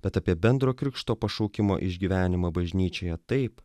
bet apie bendro krikšto pašaukimo išgyvenimą bažnyčioje taip